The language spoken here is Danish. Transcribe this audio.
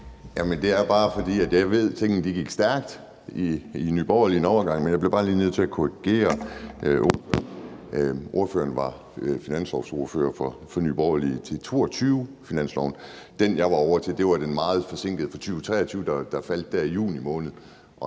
det er bare, fordi jeg ved, at tingene gik stærkt i Nye Borgerlige en overgang. Men jeg bliver bare lige nødt til at korrigere ordføreren. Ordføreren var finansordfører for Nye Borgerlige under 2022-finansloven. Den, jeg var ovre til, var den meget forsinkede fra 2023, der faldt der i juni måned,